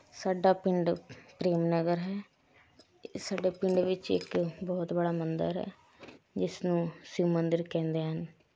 ਸਾਡਾ ਪਿੰਡ ਪ੍ਰੇਮਨਗਰ ਹੈ ਸਾਡਾ ਪਿੰਡ ਵਿੱਚ ਇੱਕ ਬਹੁਤ ਬੜਾ ਮੰਦਰ ਹੈ ਜਿਸਨੂੰ ਸ਼ਿਵ ਮੰਦਿਰ ਕਹਿੰਦੇ ਹਨ